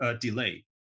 delay